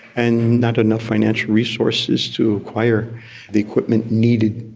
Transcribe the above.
and not enough financial resources to acquire the equipment needed.